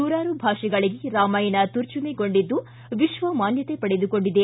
ನೂರಾರು ಭಾಷೆಗಳಗೆ ರಾಮಾಯಣ ತರ್ಜುಮೆಗೊಂಡಿದ್ದು ವಿಶ್ವ ಮಾನ್ಯತೆ ಪಡೆದುಕೊಂಡಿದೆ